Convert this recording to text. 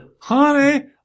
Honey